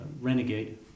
renegade